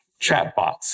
chatbots